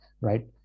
right